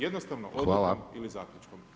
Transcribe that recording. Jednostavno odlukom ili zaključkom.